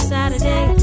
Saturday